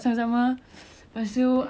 screw secondary school